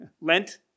Lent